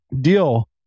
deal